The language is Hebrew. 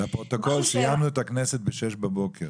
לפרוטוקול, סיימנו את הכנסת ב-06:00.